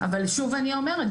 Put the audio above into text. אבל שוב אני אומרת,